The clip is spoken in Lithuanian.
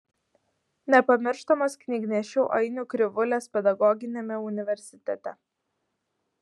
nepamirštamos knygnešių ainių krivulės pedagoginiame universitete